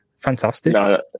Fantastic